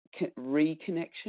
reconnection